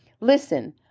Listen